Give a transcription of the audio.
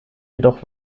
jedoch